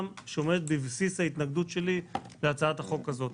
שעומדת בבסיס ההתנגדות שלי להצעת החוק הזאת.